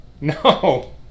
No